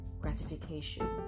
gratification